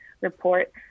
report